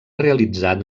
realitzat